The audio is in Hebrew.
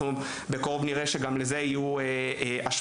בקרוב נראה שגם לזה יהיו השפעות.